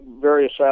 various